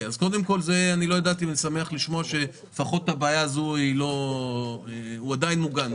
לא ידעתי, ואני שמח לשמוע שהוא עדיין מוגן.